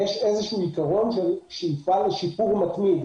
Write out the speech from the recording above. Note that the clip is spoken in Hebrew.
יש איזשהו עיקרון של שאיפה לשיפור מתמיד.